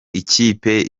ikipe